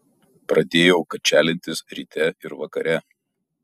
pradėjau kačialintis ryte ir vakare